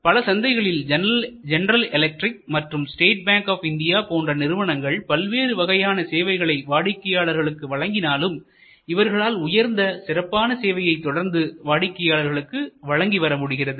பல சந்தைகளில் General Electric மற்றும் ஸ்டேட் பாங்க் ஆப் இந்தியா போன்ற நிறுவனங்கள் பல்வேறு வகையான சேவைகளை வாடிக்கையாளர்களுக்கு வழங்கினாலும் இவர்களால் உயர்ந்த சிறப்பான சேவையை தொடர்ந்து வாடிக்கையாளர்களுக்கு வழங்கி வரமுடிகிறது